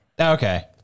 Okay